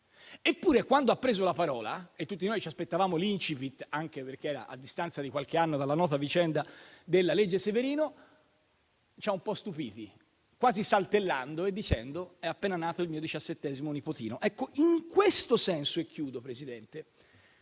Eppure, quando ha preso la parola e tutti noi ci aspettavamo l'*incipit*, anche perché si era a distanza di qualche anno dalla nota vicenda della legge Severino, egli ci ha un po' stupiti, nel dirci quasi saltellando, che era appena nato il suo diciassettesimo nipotino. Ecco, in questo senso, forse